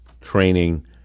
training